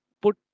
put